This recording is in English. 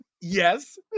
Yes